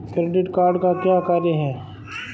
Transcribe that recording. Credit card का क्या कार्य है?